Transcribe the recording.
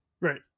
Right